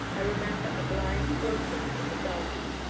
i remember a blind groping in the dark,